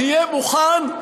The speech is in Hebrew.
תהיה מוכן,